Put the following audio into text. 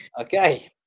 okay